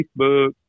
Facebook